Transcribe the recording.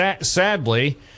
sadly